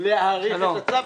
שיורה להאריך את הצו,